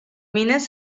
mines